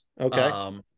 Okay